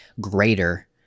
greater